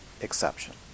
exception